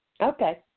Okay